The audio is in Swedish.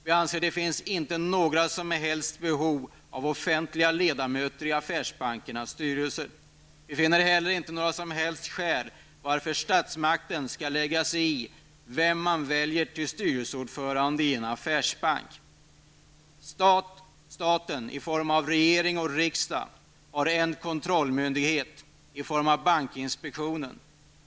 Vi anser att det inte finns några som helst behov av offentliga ledamöter i affärsbankernas styrelser. Vi finner inte heller några som helst skäl till att statsmakten skall lägga sig i vem som väljs till styrelseordförande i en affärsbank. Staten i form av regering och riksdag har en kontrollmyndighet i form av bankinspektionen.